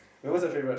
it was a favorite